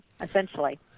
essentially